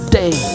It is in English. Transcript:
day